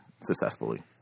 successfully